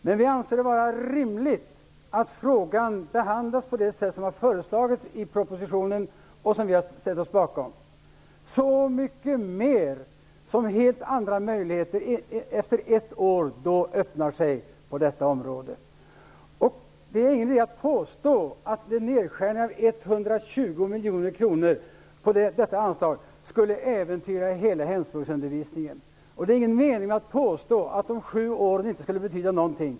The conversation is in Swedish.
Men vi anser det vara rimligt att frågan behandlas på det sätt som har föreslagits i propositionen -- så mycket mer som helt andra möjligheter efter ett år öppnar sig på detta område. Det är ingen idé att påstå att en nedskärning om 120 miljoner kronor på det här anslaget skulle äventyra hela hemspråksundervisningen. Det är ingen mening med att påstå att undervisning i sju år inte skulle betyda något.